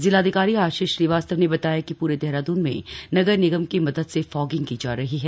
जिलाधिकारी आशीष श्रीवास्तव ने बताया कि प्रे देहराद्रन में नगर निगम की मदद से फॉगिंग की जा रही है